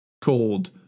called